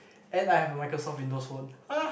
and I have a Microsoft Windows Phone !huh!